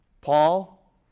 Paul